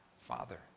Father